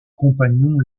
compagnon